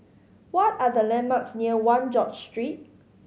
what are the landmarks near One George Street